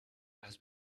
has